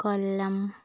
കൊല്ലം